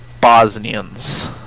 Bosnians